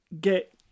get